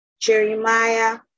Jeremiah